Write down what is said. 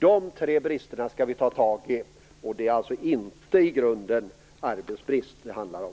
Dessa tre brister skall vi ta itu med. Det är alltså inte i grunden arbetsbrist som det handlar om.